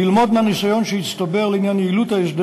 ללמוד מהניסיון שיצטבר לעניין יעילות ההסדר